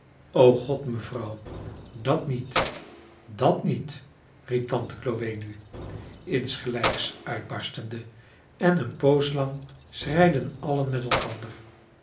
o god mevrouw dat niet dat niet riep tante chloe nu insgelijks uitbarstende en eene poos lang schreiden allen met elkander